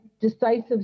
decisive